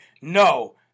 no